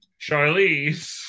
Charlize